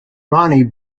ronnie